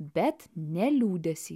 bet ne liūdesį